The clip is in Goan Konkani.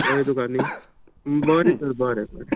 कळ्ळें तुका न्हय बरें तर बरें